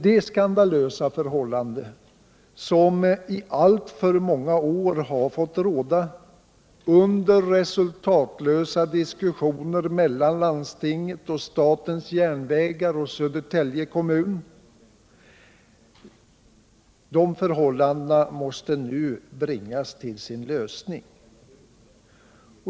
De skandalösa förhållanden, som i alltför många år har fått råda under resultatlösa diskussioner mellan landstinget, statens järnvägar och Södertälje kommun, måste ändras.